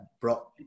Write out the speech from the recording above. brought